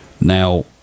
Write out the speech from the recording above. Now